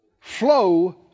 flow